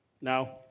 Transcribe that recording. Now